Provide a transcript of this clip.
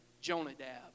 Jonadab